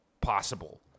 possible